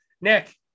Nick